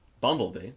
Bumblebee